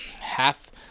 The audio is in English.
half